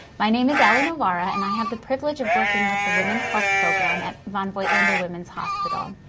my name is alli novara, and i have the privilege of working with the women's health program at von voigtlander women's hospital.